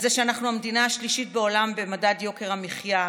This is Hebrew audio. על זה שאנחנו המדינה השלישית בעולם במדד יוקר המחיה.